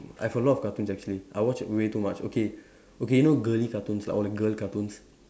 I have a lot of cartoons actually I watch way too much okay okay you know girly cartoons like all the girl cartoons